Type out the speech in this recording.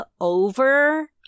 over